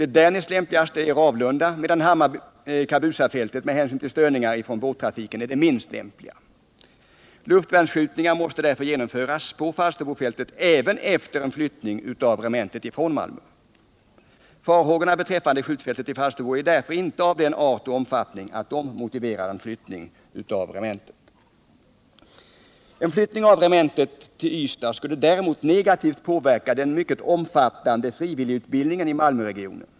Det därnäst lämpligaste är Ravlunda, medan Hammar/Kabusa med hänsyn till störningar från båttrafiken är det minst lämpliga. Luftvärnsskjutningar måste därför genomföras på Falsterbofältet, även efter en flyttning av regementet från Malmö. Farhågorna beträffande skjutfältet i Falsterbo är inte av den art och omfattning att de motiverar en flyttning av regementet. En flyttning av regementet till Ystad skulle däremot negativt påverka den omfattande frivilligutbildningen i Malmöregionen.